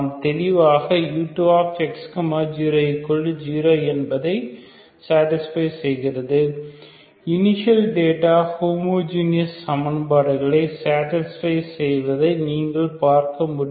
தெளிவாக u2x 00 என்பதை satisfy செய்கிறது இனிஷியல் டேட்டா ஹோமோஜீனஸ் சமன்பாடுகளை சேடிஸ்பை செய்வதை நீங்கள் பார்க்க முடியும்